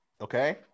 Okay